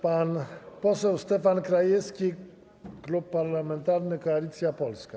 Pan poseł Stefan Krajewski, Klub Parlamentarny Koalicja Polska.